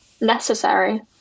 necessary